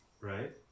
Right